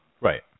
right